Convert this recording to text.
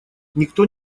никто